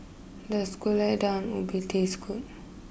does Gulai Daun Ubi taste good